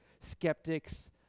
skeptics